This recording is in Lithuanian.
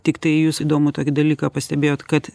tiktai jūs įdomų tokį dalyką pastebėjot kad